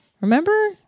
Remember